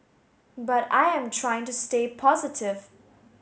but I am trying to stay positive